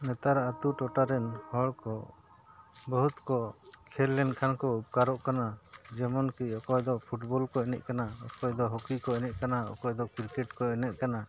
ᱱᱮᱛᱟᱨ ᱟᱛᱳ ᱴᱚᱴᱷᱟᱨᱮᱱ ᱦᱚᱲ ᱠᱚ ᱵᱚᱦᱩᱛ ᱠᱚ ᱠᱷᱮᱞ ᱞᱮᱱᱠᱷᱟᱱ ᱠᱚ ᱩᱯᱠᱟᱨᱚᱜ ᱠᱟᱱᱟ ᱡᱮᱢᱚᱱ ᱠᱤ ᱚᱠᱚᱭ ᱫᱚ ᱯᱷᱩᱴᱵᱚᱞ ᱠᱚ ᱮᱱᱮᱡ ᱠᱟᱱᱟ ᱚᱠᱚᱭ ᱫᱚ ᱦᱚᱠᱤ ᱠᱚ ᱮᱱᱮᱡ ᱠᱟᱱᱟ ᱚᱠᱚᱭ ᱫᱚ ᱠᱨᱤᱠᱮᱴ ᱠᱚ ᱮᱱᱮᱡ ᱠᱟᱱᱟ